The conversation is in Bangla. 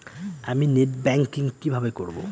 আমি নেট ব্যাংকিং কিভাবে করব?